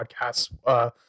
podcasts